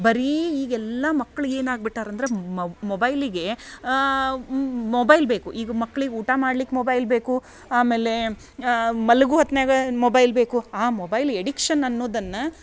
ಬರೀ ಈಗೆಲ್ಲ ಮಕ್ಳು ಏನಾಗ್ಬಿಟ್ಟಾರೆ ಅಂದರೆ ಮೊಬೈಲಿಗೆ ಮೊಬೈಲ್ ಬೇಕು ಈಗ ಮಕ್ಳಿಗೆ ಊಟ ಮಾಡ್ಲಿಕ್ಕೆ ಮೊಬೈಲ್ ಬೇಕು ಆಮೇಲೆ ಮಲ್ಗು ಹೊತ್ನಾಗ ಮೊಬೈಲ್ ಬೇಕು ಆ ಮೊಬೈಲ್ ಎಡಿಕ್ಷನ್ ಅನ್ನುದನ್ನು